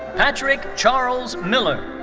patrick charles miller.